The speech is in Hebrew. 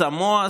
סמואה,